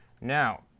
Now